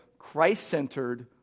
Christ-centered